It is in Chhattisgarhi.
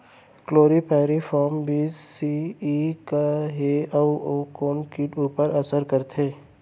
क्लोरीपाइरीफॉस बीस सी.ई का हे अऊ ए कोन किट ऊपर असर करथे?